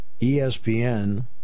ESPN